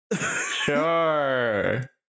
Sure